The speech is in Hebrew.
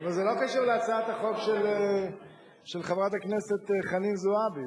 אבל זה לא קשור להצעת החוק של חברת הכנסת חנין זועבי,